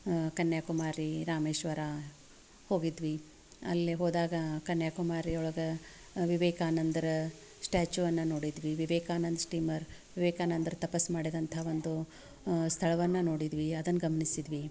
ಕನ್ಯಾಕುಮಾರಿ ರಾಮೇಶ್ವರ ಹೋಗಿದ್ವಿ ಅಲ್ಲಿ ಹೋದಾಗ ಕನ್ಯಾಕುಮಾರಿ ಒಳಗೆ ವಿವೇಕಾನಂದ್ರ ಸ್ಟ್ಯಾಚುವನ್ನು ನೋಡಿದ್ವಿ ವಿವೇಕಾನಂದ ಸ್ಟೀಮರ್ ವಿವೇಕಾನಂದ್ರು ತಪಸ್ಸು ಮಾಡಿದಂಥ ಒಂದು ಸ್ಥಳವನ್ನು ನೋಡಿದ್ವಿ ಅದನ್ನು ಗಮನಿಸಿದ್ವಿ